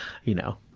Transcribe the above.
you know,